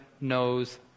knows